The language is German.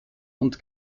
und